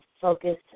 focus